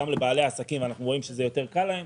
גם בעלי עסקים אנחנו רואים שזה יותר קל להם.